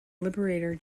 liberator